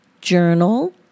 journal